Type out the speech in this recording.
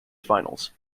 finals